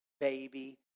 baby